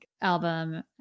album